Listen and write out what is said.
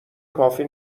کافی